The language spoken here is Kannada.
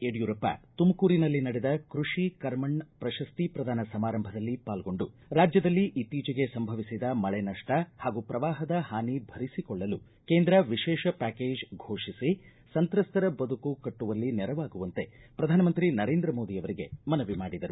ಯಡಿಯೂರಪ್ಪ ತುಮಕೂರಿನಲ್ಲಿ ನಡೆದ ಕೃಷಿ ಕರ್ಮಣ್ ಪ್ರಶಸ್ತಿ ಪ್ರದಾನ ಸಮಾರಂಭದಲ್ಲಿ ಪಾಲ್ಗೊಂಡು ರಾಜ್ಯದಲ್ಲಿ ಇತ್ತೀಚೆಗೆ ಸಂಭವಿಸಿದ ಮಳೆ ನಪ್ಪ ಹಾಗೂ ಪ್ರವಾಹದ ಹಾನಿಭರಿಸಿಕೊಳ್ಳಲು ಕೇಂದ್ರ ವಿಶೇಷ ಪ್ಕಾಕೇಜ್ ಫೋಷಿಸಿ ಸಚಿತ್ರಸ್ತರ ಬದುಕು ಕಟ್ಟುವಲ್ಲಿ ನೆರವಾಗುವಚಿತೆ ಪ್ರಧಾನಮಂತ್ರಿ ನರೇಂದ್ರ ಮೋದಿ ಅವರಿಗೆ ಮನವಿ ಮಾಡಿದರು